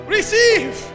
Receive